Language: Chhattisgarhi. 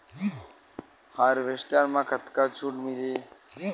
हारवेस्टर म कतका छूट मिलही?